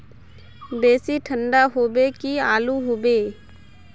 बेसी ठंडा होबे की आलू होबे